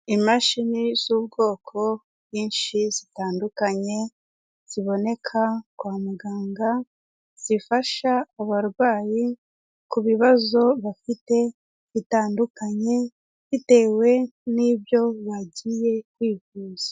Imashini z'ubwoko bwinshi zitandukanye, ziboneka kwa muganga, zifasha abarwayi ku bibazo bafite bitandukanye, bitewe n'ibyo bagiye kwivuza.